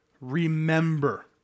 Remember